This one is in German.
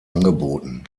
angeboten